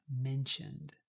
mentioned